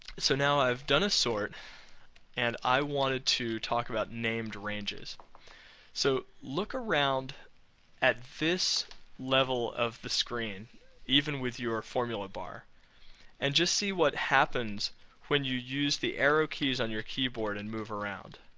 so now i've done a sort and i wanted to talk about named ranges so look around at this level of the screen even with your formula bar and just see what happens when you use the arrow keys on your keyboard and move around